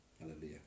Hallelujah